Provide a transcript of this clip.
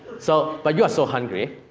so, but you are so hungry.